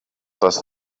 dass